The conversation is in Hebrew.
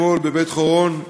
אתמול בבית-חורון.